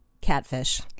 Catfish